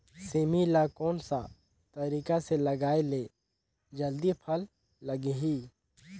सेमी ला कोन सा तरीका से लगाय ले जल्दी फल लगही?